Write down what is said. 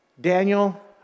Daniel